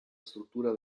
struttura